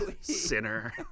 Sinner